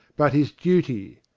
but his duty.